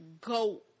go